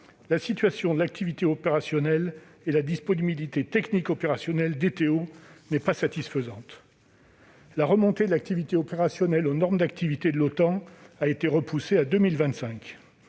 la situation de l'activité opérationnelle et de la disponibilité technique opérationnelle (DTO) n'est pas satisfaisante. La remontée de l'activité opérationnelle aux normes d'activité de l'OTAN a été repoussée à 2025.